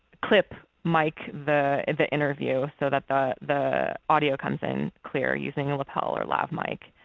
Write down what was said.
clip mic the the interview so that the the audio comes in clear using a lapel or lav mic.